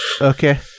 Okay